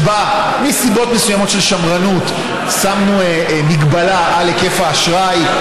שבה מסיבות מסוימות של שמרנות שמנו הגבלה על היקף האשראי,